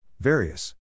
Various